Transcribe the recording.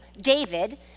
David